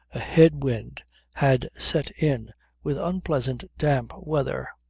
a head wind had set in with unpleasant damp weather.